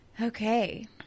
Okay